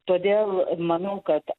todėl manau kad